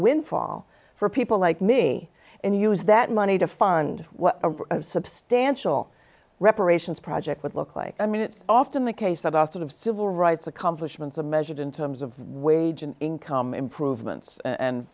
windfall for people like me and use that money to fund a substantial reparations project would look like i mean it's often the case of the sort of civil rights accomplishments of measured in terms of wage and income improvements and